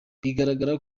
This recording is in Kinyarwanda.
bigaragara